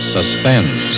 Suspense